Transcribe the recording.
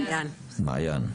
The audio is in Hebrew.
מעיין.